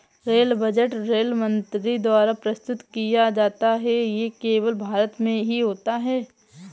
rail budget rail मंत्री द्वारा प्रस्तुत किया जाता है ये केवल भारत में ही होता है